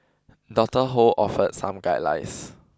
Doctor Ho offer some guidelines